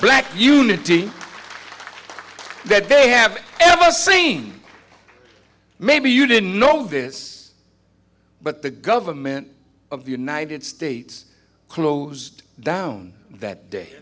black unity that they have ever seen maybe you didn't know this but the government of the united states closed down that day